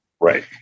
Right